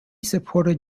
supported